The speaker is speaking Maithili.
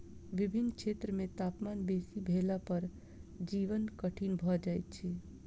विभिन्न क्षेत्र मे तापमान बेसी भेला पर जीवन कठिन भ जाइत अछि